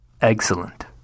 excellent